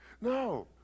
No